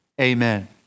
Amen